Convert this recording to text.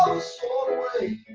all away